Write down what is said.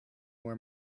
where